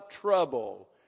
trouble